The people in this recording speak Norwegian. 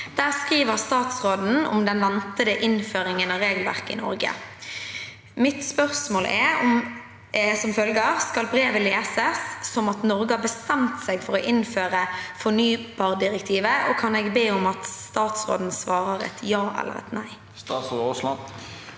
Der skriver statsråden om den ventede innføringen av regelverket i Norge. Skal brevet leses som at Norge har bestemt seg for å innføre fornybardirektivet, og kan jeg be statsråden svare et ja eller nei?» Statsråd Terje